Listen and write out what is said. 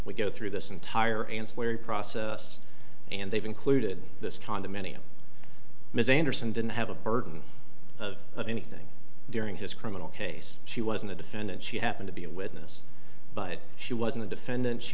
we go through this entire ancillary process and they've included this condominium ms anderson didn't have a burden of of anything during his criminal case she wasn't a defendant she happened to be a witness but she wasn't a defendant she